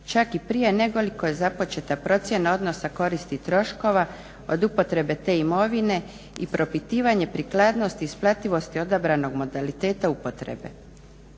čak i prije nego li je započeta procjena odnosa koristi i troškova od upotrebe te imovine i propitivanje prikladnosti i isplativosti odabranog modaliteta upotrebe.